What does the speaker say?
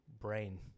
brain